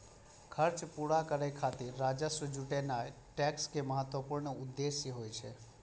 खर्च पूरा करै खातिर राजस्व जुटेनाय टैक्स के महत्वपूर्ण उद्देश्य होइ छै